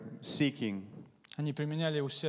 seeking